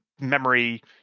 memory